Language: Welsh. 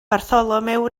bartholomew